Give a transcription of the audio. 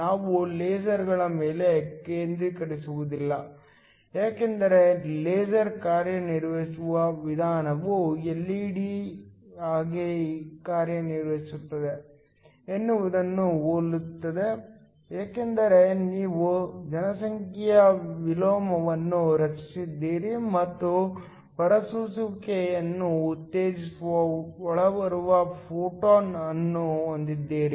ನಾವು ಲೇಸರ್ಗಳ ಮೇಲೆ ಕೇಂದ್ರೀಕರಿಸುವುದಿಲ್ಲ ಏಕೆಂದರೆ ಲೇಸರ್ ಕಾರ್ಯನಿರ್ವಹಿಸುವ ವಿಧಾನವು ಎಲ್ಇಡಿ ಹೇಗೆ ಕಾರ್ಯನಿರ್ವಹಿಸುತ್ತದೆ ಎನ್ನುವುದನ್ನು ಹೋಲುತ್ತದೆ ಏಕೆಂದರೆ ನೀವು ಜನಸಂಖ್ಯೆಯ ವಿಲೋಮವನ್ನು ರಚಿಸಿದ್ದೀರಿ ಮತ್ತು ಹೊರಸೂಸುವಿಕೆಯನ್ನು ಉತ್ತೇಜಿಸುವ ಒಳಬರುವ ಫೋಟಾನ್ ಅನ್ನು ಹೊಂದಿದ್ದೀರಿ